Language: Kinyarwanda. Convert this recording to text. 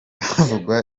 havugwa